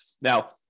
Now